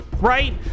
right